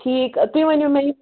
ٹھیٖک تُہۍ ؤنِو مےٚ یہِ